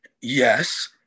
yes